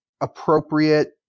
appropriate